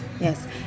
yes